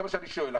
זה מה שאני שואל.